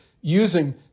using